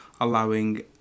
allowing